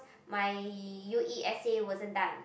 my u_e essay wasn't done